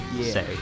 Say